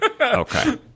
okay